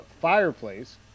fireplace